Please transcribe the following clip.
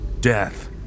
death